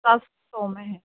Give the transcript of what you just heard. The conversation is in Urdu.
سات سو میں ہے